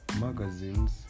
magazines